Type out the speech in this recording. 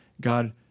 God